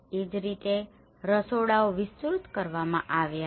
એ જ રીતે રસોડાઓ વિસ્તૃત કરવામાં આવ્યા હતા